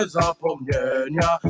zapomnienia